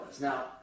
Now